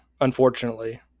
unfortunately